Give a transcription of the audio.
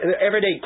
everyday